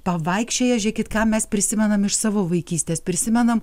pavaikščioję žiūrėkit ką mes prisimenam iš savo vaikystės prisimenam